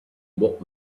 what